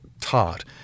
taught